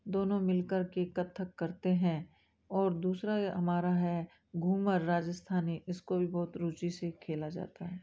दोनों मिल कर के कत्थक करते हैं और दूसरा हमारा है घूमर राजस्थानी इसको भी बहुत रुचि से खेला जाता है